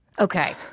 Okay